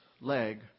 leg